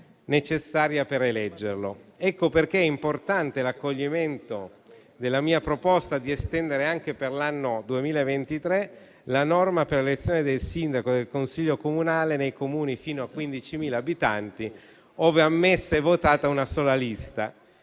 necessaria per eleggerlo. Ecco perché è importante l'accoglimento della mia proposta di estendere anche per l'anno 2023 la norma per l'elezione del sindaco e del Consiglio comunale nei Comuni fino a 15.000 abitanti, ove ammessa e votata una sola lista,